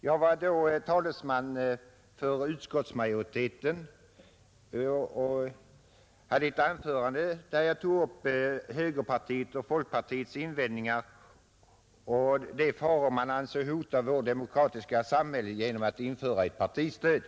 Jag var då talesman för utskottsmajoriteten, och jag tog i ett anförande upp högerpartiets och folkpartiets invändningar och de faror man ansåg hota vårt demokratiska samhälle genom införandet av ett partistöd.